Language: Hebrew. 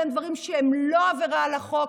גם דברים שהם לא עבירה על החוק,